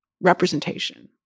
representation